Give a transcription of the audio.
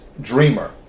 Dreamer